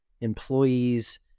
employees